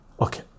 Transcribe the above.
okay